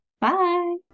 bye